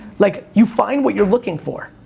like, you find what you're looking for.